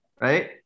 right